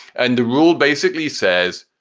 and the rule basically says.